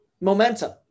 Momentum